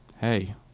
hey